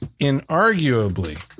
inarguably